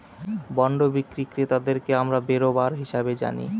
bond বিক্রি ক্রেতাদেরকে আমরা বেরোবার হিসাবে জানি